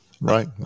right